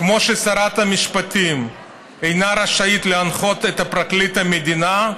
כמו ששרת המשפטים אינה רשאית להנחות את פרקליט המדינה,